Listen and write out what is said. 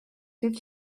dydd